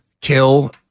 kill